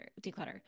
declutter